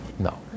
No